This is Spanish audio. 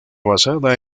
basada